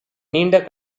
நீண்ட